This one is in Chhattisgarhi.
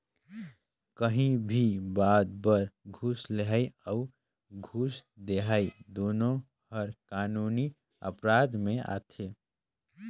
काहीं भी बात बर घूस लेहई अउ घूस देहई दुनो हर कानूनी अपराध में आथे